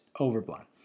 overblown